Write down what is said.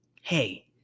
hey